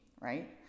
right